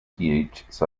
subunits